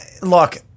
look